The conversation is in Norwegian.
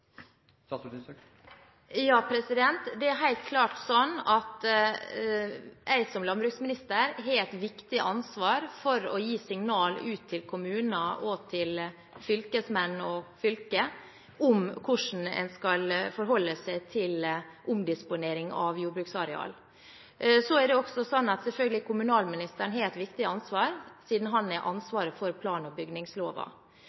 Det er helt klart slik at jeg som landbruksminister har et viktig ansvar for å gi signal ut til kommuner, fylkesmenn og fylker om hvordan en skal forholde seg til omdisponering av jordbruksareal. Så er det slik at kommunalministeren selvfølgelig også har et viktig ansvar, siden han